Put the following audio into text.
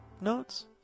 Notes